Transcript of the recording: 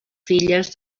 filles